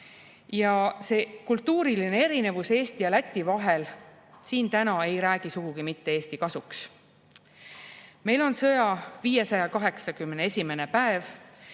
ära. See kultuuriline erinevus Eesti ja Läti vahel ei räägi siin täna sugugi mitte Eesti kasuks. Meil on sõja 581. päev